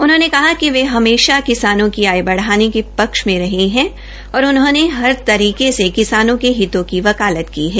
उन्होंने कहा कि वे हमेश किसानों की आय बढाने के पक्ष में रहे हैं और उन्होंने हर रीीके से किसानों के हितों की ्वकालत की है